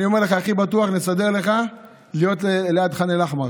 כביכול כתוספת ייצוג לכוח הנשים.